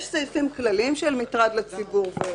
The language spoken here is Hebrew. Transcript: יש סעיפים כלליים של מטרד לציבור.